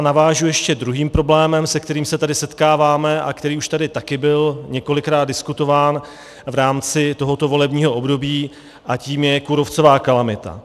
Navážu ještě druhým problémem, s kterým se tady setkáváme a který už tady taky byl několikrát diskutován v rámci tohoto volebního období, a tím je kůrovcová kalamita.